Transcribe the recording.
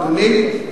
אדוני,